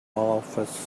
office